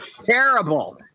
Terrible